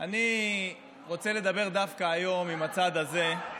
אני רוצה לדבר דווקא היום עם הצד הזה,